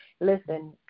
Listen